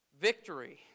Victory